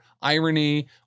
irony